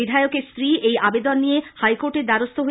বিধায়কের স্ত্রী এই আবেদন নিয়ে হাইকোর্টে দ্বারস্হ হয়েছিলেন